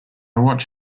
watch